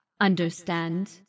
understand